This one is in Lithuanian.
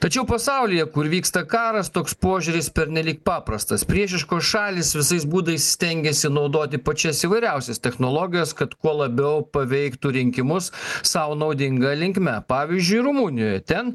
tačiau pasaulyje kur vyksta karas toks požiūris pernelyg paprastas priešiškos šalys visais būdais stengiasi naudoti pačias įvairiausias technologijas kad kuo labiau paveiktų rinkimus sau naudinga linkme pavyzdžiui rumunijoje ten